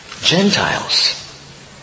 Gentiles